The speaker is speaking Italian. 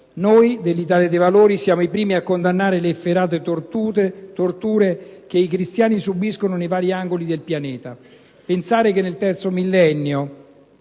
Noi dell'Italia dei Valori siamo i primi a condannare le efferate torture che i cristiani subiscono nei vari angoli del pianeta. Pensare che nel terzo millennio